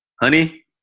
honey